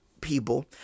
people